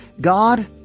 God